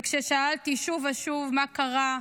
וכששאלתי שוב ושוב: מה קרה?